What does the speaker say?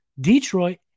Detroit